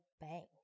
bang